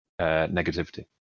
negativity